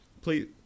Please